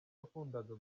yakundaga